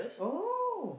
oh